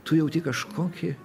tu jauti kažkokį